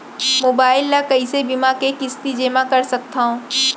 Mobile ले कइसे बीमा के किस्ती जेमा कर सकथव?